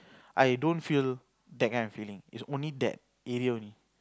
I don't feel that kind of feeling it's only that area only